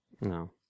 no